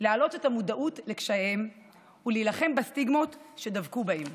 להעלות את המודעות לקשייהם ולהילחם בסטיגמות שדבקו בהם.